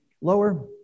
lower